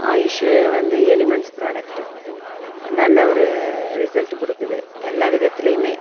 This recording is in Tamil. ஆயுஷு வந்து எலிமெண்ட்ஸ் ப்ராடக்ட்டு நல்ல ஒரு ரிசல்ட்டு கொடுக்குது எல்லா விதத்துலேயுமே